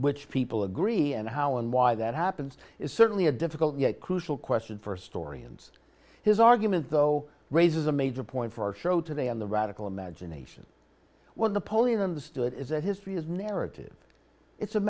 which people agree and how and why that happens is certainly a difficult yet crucial question for a story and his argument though raises a major point for our show today on the radical imagination when the podium stood is that history is narrative it's